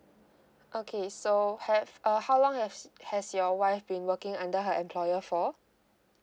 okay so have uh how long have has your wife been working under her employer for